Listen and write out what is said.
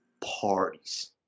parties